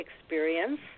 experience